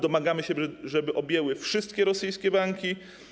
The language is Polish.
Domagamy się, aby objęły one wszystkie rosyjskie banki.